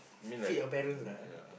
feed your parent lah